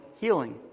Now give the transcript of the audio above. healing